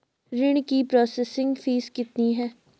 ऋण की processing fees कितनी है?